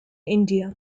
india